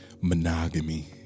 monogamy